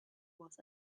was